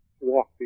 walk